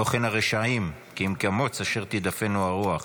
לא כן הרשעים כי אם כמץ אשר תִדְפֶנוּ רוח.